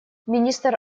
министр